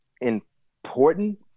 important